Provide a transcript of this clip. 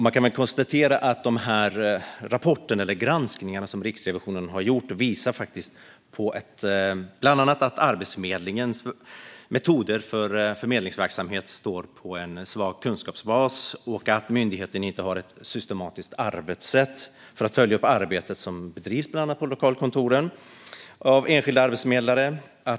Man kan konstatera att dessa rapporter, eller granskningar, som Riksrevisionen har gjort bland annat visar att Arbetsförmedlingens metoder för förmedlingsverksamhet står på en svag kunskapsbas och att myndigheten inte har ett systematiskt arbetssätt för att följa upp det arbete som bedrivs bland annat på lokalkontoren av enskilda arbetsförmedlare.